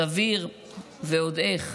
סביר ועוד איך,